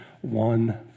one